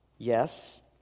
Yes